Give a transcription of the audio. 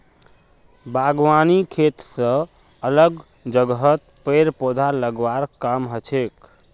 बागवानी खेत स अलग जगहत पेड़ पौधा लगव्वार काम हछेक